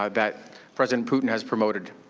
um that president putin has promoted.